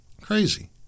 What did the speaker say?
Crazy